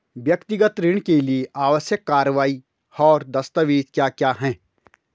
व्यक्तिगत ऋण के लिए आवश्यक कार्यवाही और दस्तावेज़ क्या क्या हैं?